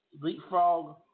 leapfrog